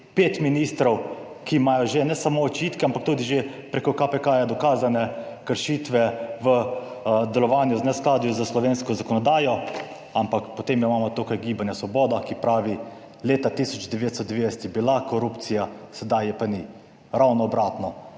5 ministrov, ki imajo že ne samo očitke, ampak tudi že preko KPK dokazane kršitve v delovanju v neskladju s slovensko zakonodajo, ampak potem imamo tukaj Gibanje Svoboda, ki pravi, leta 1990 je bila korupcija, sedaj je pa ni. Ravno obratno.